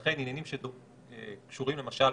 לכן, עניינים שקשורים למשל